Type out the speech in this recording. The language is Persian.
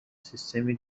سیستمی